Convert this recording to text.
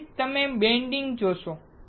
તેથી જ તમે બેન્ડીંગ જોશો